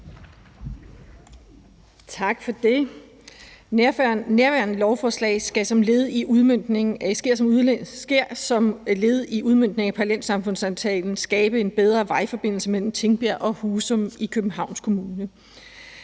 Tak for det. Nærværende lovforslag skal som led i udmøntningen af parallelsamfundsaftalen skabe en bedre vejforbindelse mellem Tingbjerg og Husum i Københavns Kommune.